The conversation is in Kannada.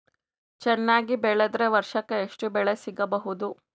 ಚೆನ್ನಾಗಿ ಬೆಳೆದ್ರೆ ವರ್ಷಕ ಎಷ್ಟು ಬೆಳೆ ಸಿಗಬಹುದು?